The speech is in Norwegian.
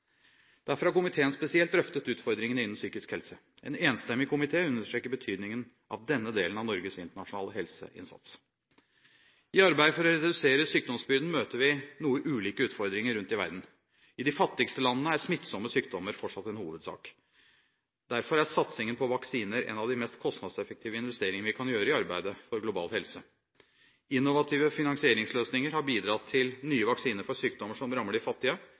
Derfor har komiteen spesielt drøftet utfordringene innenfor psykiske helse. En enstemmig komité understreker betydningen av denne delen av Norges internasjonale helseinnsats. I arbeidet for å redusere sykdomsbyrden møter vi noe ulike utfordringer rundt i verden. I de fattigste landene er smittsomme sykdommer fortsatt en hovedsak. Derfor er satsingen på vaksiner en av de mest kostnadseffektive investeringene vi kan gjøre i arbeidet for global helse. Innovative finansieringsløsninger har bidratt til nye vaksiner for sykdommer som rammer de fattige,